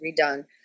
redone